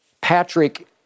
Patrick